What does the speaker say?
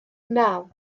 naw